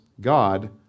God